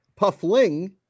Puffling